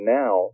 now